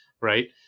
Right